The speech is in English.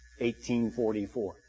1844